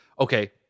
okay